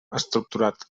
estructurat